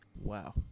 Wow